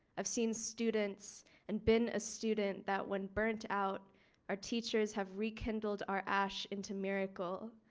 i've seen students and been a student that when burnt out our teachers have rekindled our ash into miracle.